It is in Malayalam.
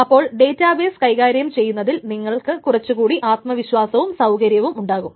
അപ്പോൾ ഡേറ്റാബേസ് കൈകാര്യം ചെയ്യുന്നതിൽ നിങ്ങൾക്ക് കുറച്ചുകൂടി ആത്മവിശ്വാസവും സൌകര്യമുണ്ടാകും